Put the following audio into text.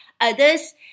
others